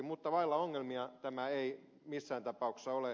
mutta vailla ongelmia tämä ei missään tapauksessa ole